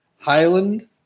Highland